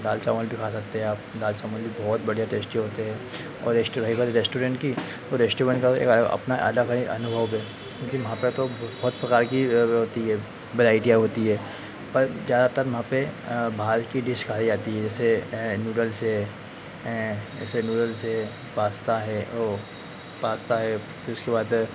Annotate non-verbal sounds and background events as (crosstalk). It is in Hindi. दाल चावल भी खा सकते है आप दाल चावल भी बहुत बढ़िया टेस्टी होते है और (unintelligible) रेस्टुरेंट की रेस्टुवेन का भी (unintelligible) अपना अड्डा कहीं अनुभव है क्योंकि वहां पे तो भी बहुत प्रकार की रहती है बेराइटियां होती है पर ज़्यादातर मापे भाल की डिश खाई जाती है जैसे नूडल्स है ऐसे नूडल्स है पास्ता है ओ पास्ता है फिर उसके बाद